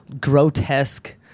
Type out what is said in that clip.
grotesque